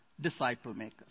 disciple-makers